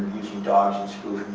using dogs